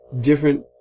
different